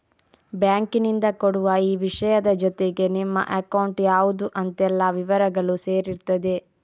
ಬ್ಯಾಂಕಿನಿಂದ ಕೊಡುವ ಈ ವಿಷಯದ ಜೊತೆಗೆ ನಿಮ್ಮ ಅಕೌಂಟ್ ಯಾವ್ದು ಅಂತೆಲ್ಲ ವಿವರಗಳೂ ಸೇರಿರ್ತದೆ